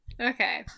Okay